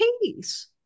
peace